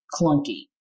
clunky